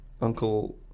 Uncle